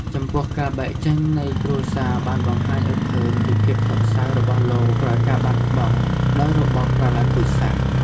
ចំពោះការបែកចេញនៃគ្រួសារបានបង្ហាញឲ្យឃើញពីភាពសោកសៅរបស់លោកក្រោយការបាត់បង់ ដោយរបបប្រលៃពូជសាសន៍។